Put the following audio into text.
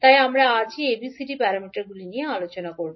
তাই আমরা আজই ABCD প্যারামিটারগুলি নিয়ে আলোচনা করব